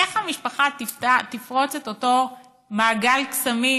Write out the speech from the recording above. איך המשפחה תפרוץ את אותו מעגל קסמים